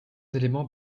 éléments